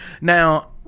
now